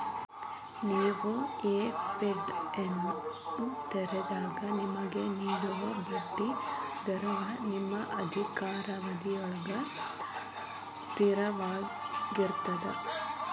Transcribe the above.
ನೇವು ಎ.ಫ್ಡಿಯನ್ನು ತೆರೆದಾಗ ನಿಮಗೆ ನೇಡುವ ಬಡ್ಡಿ ದರವ ನಿಮ್ಮ ಅಧಿಕಾರಾವಧಿಯೊಳ್ಗ ಸ್ಥಿರವಾಗಿರ್ತದ